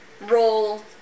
Roll